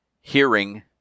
hearing